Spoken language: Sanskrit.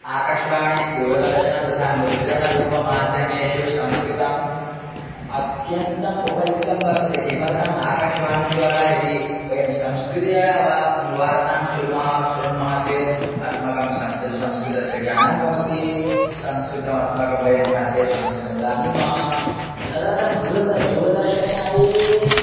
आकाशवाणी दूरदर्शनं तथा मुद्रणरूपमाध्यमेषु संस्कृतम् अत्यन्तम् उपयुक्तं वर्तते किमर्थम् आकाशवाणीद्वारा यदि वयं संस्कृते वा वार्तां शृणुमः शृणुमः चेत् अस्माकं संस्कृतं संस्कृतस्य ज्ञानं भवति संस्कृतम् अस्माकं वयं भारतीयसंस्कृतं जानीमः तदर्थं दूरदर्शनं दूरदर्शने अपि